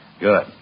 Good